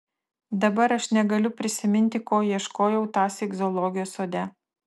dabar aš negaliu prisiminti ko ieškojau tąsyk zoologijos sode